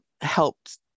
helped